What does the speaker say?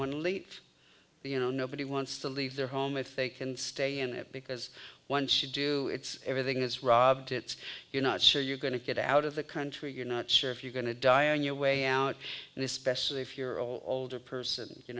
want to leave you know nobody wants to leave their home if they can stay in it because once you do it's everything is robbed it's you're not sure you're going to get out of the country you're not sure if you're going to die on your way out and especially if your older person you